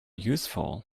useful